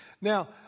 Now